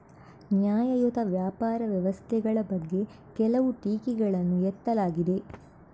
ನ್ಯಾಯಯುತ ವ್ಯಾಪಾರ ವ್ಯವಸ್ಥೆಗಳ ಬಗ್ಗೆ ಕೆಲವು ಟೀಕೆಗಳನ್ನು ಎತ್ತಲಾಗಿದೆ